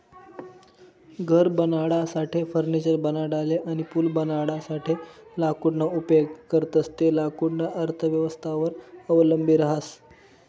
घर बनाडासाठे, फर्निचर बनाडाले अनी पूल बनाडासाठे लाकूडना उपेग करतंस ते लाकूडना अर्थव्यवस्थावर अवलंबी रहास